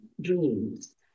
dreams